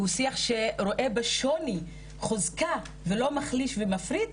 הוא שיח שרואה בשוני חוזקה ולא מחליש ומפריד,